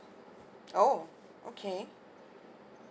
oh okay